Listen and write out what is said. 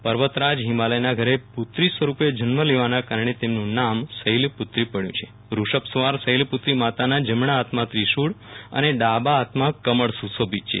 પર્વત રાજ હિમાલયના ઘરે પુત્રી સ્વરૂપે જન્મ લેવાના કારણે તેમનું નામ શૈલપુ ત્રી પડ્યું છે વૃ ષભસવાર શૈલપુત્રી માતાના જમણા હાથમાં ત્રિશુળ અને ડાબા હાથમાં કમળ સુ શોભિત છે